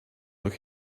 look